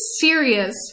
serious